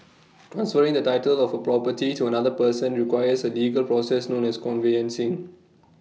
transferring the title of A property to another person requires A legal process known as conveyancing